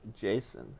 Jason